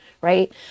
right